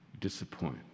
disappoint